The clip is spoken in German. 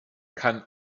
kann